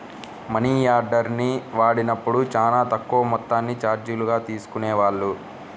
మనియార్డర్ని వాడినప్పుడు చానా తక్కువ మొత్తాన్ని చార్జీలుగా తీసుకునేవాళ్ళు